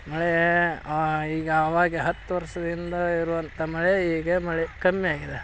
ಮಳೆ ಈಗ ಅವಾಗ ಹತ್ತು ವರ್ಷದ ಹಿಂದೆ ಇರುವಂಥ ಮಳೆ ಈಗ ಮಳೆ ಕಮ್ಮಿಯಾಗಿದೆ